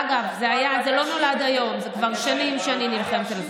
אגב, זה לא נולד היום, כבר שנים שאני נלחמת על זה.